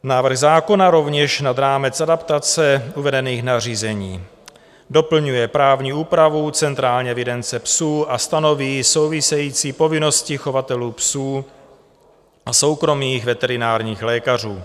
Návrh zákona rovněž nad rámec adaptace uvedených nařízení doplňuje právní úpravu Centrální evidence psů a stanoví související povinnosti chovatelů psů a soukromých veterinárních lékařů.